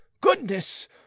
goodness